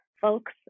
folks